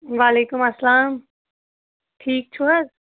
وعلیکُم اَسلام ٹھیٖک چھُ حظ